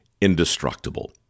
indestructible